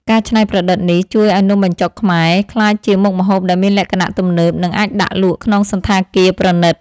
ការច្នៃប្រឌិតនេះជួយឱ្យនំបញ្ចុកខ្មែរក្លាយជាមុខម្ហូបដែលមានលក្ខណៈទំនើបនិងអាចដាក់លក់ក្នុងសណ្ឋាគារប្រណីត។